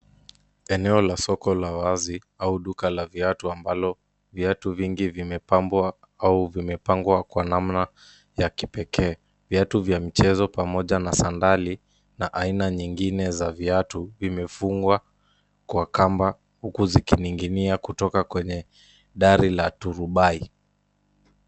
Eneo la soko la wazi au duka la viatu ambalo viatu vingi vimepambwa au vimepangwa kwa namna ya kipekee. Viatu za michezo pamoja na sandali na aina nyingine za viatu vimefungwa kwa kamba huku zikining'inia kutoka kwenye dari la turubai.